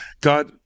God